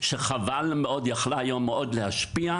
שיכלה היום מאוד להשפיע,